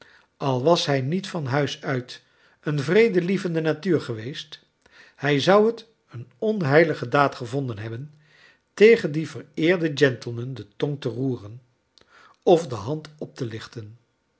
al was hij niet van huis uit een vredelievende natuur geweest hij zou het een onheilige daad gevonden hebben tegen dien vereerden gentleman de tong te roeren of de hand op te lichten